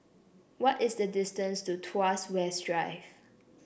what is the distance to Tuas West Drive